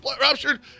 ruptured